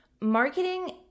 marketing